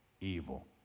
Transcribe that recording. evil